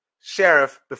Sheriff